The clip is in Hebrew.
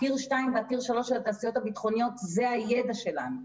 ה-tire2 וה-tire3 של התעשיות הביטחוניות זה הידע שלנו.